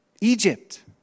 Egypt